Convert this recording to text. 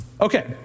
Okay